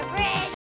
Bridge